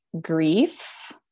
grief